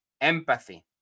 empathy